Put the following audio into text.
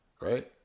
right